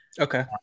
Okay